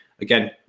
Again